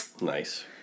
Nice